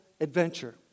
adventure